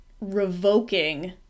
revoking